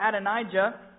Adonijah